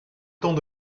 temps